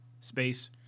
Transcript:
space